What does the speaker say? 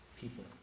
people